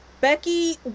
Becky